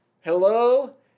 Hello